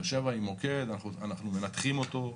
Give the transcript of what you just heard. אנחנו מנתחים את באר שבע כמוקד,